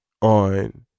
on